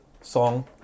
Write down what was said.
Song